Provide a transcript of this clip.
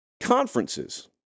conferences